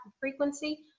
frequency